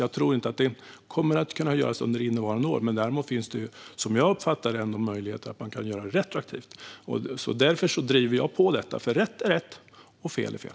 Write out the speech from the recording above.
Jag tror inte att det kommer att kunna göras under innevarande år. Däremot finns det, som jag uppfattar det, möjlighet att göra det retroaktivt. Jag driver på för detta, eftersom rätt är rätt och fel är fel.